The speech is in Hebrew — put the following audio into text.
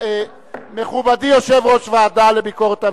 מכובדי יושב-ראש הוועדה לביקורת המדינה,